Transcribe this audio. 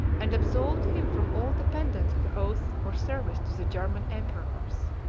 and absolved him from all dependence of oaths or service to the german emperors.